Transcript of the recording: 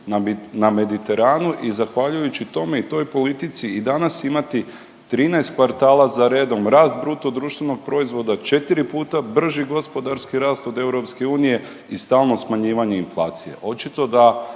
na Mediteranu i zahvaljujući tome i toj politici i danas imati 13 kvartala za redom rast BDP-a, 4 puta brži gospodarski rast od EU i stalno smanjivanje inflacije.